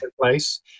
place